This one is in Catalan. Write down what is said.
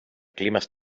climes